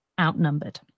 outnumbered